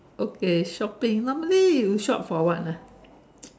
okay shopping normally you shop for what ah